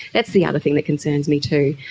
that's the other thing that concerns me too.